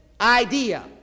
idea